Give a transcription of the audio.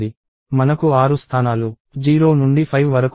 మనకు 6 స్థానాలు 0 నుండి 5 వరకు ఉన్నాయి